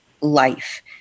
life